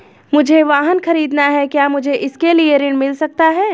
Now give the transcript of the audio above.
मुझे वाहन ख़रीदना है क्या मुझे इसके लिए ऋण मिल सकता है?